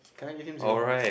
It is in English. can I give him zero points